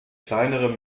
kleinere